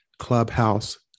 clubhouse